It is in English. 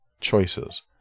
choices